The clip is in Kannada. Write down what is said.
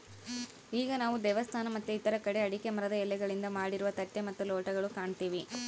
ಈಗ ನಾವು ದೇವಸ್ಥಾನ ಮತ್ತೆ ಇತರ ಕಡೆ ಅಡಿಕೆ ಮರದ ಎಲೆಗಳಿಂದ ಮಾಡಿರುವ ತಟ್ಟೆ ಮತ್ತು ಲೋಟಗಳು ಕಾಣ್ತಿವಿ